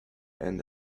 and